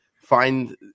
find